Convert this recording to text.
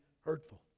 hurtful